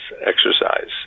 exercise